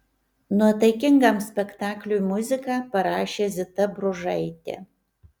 nuotaikingam spektakliui muziką parašė zita bružaitė